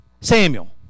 Samuel